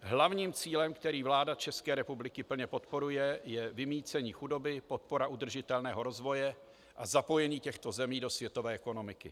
Hlavním cílem, který vláda České republiky plně podporuje, je vymýcení chudoby, podpora udržitelného rozvoje a zapojení těchto zemí do světové ekonomiky.